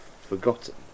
forgotten